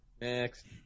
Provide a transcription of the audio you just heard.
Next